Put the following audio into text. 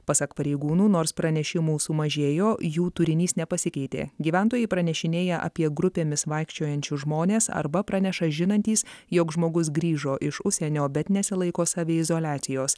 pasak pareigūnų nors pranešimų sumažėjo jų turinys nepasikeitė gyventojai pranešinėja apie grupėmis vaikščiojančius žmones arba praneša žinantys jog žmogus grįžo iš užsienio bet nesilaiko saviizoliacijos